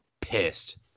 pissed